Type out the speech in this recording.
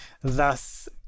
Thus